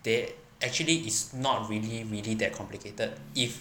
they actually it's not really really that complicated if